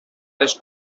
les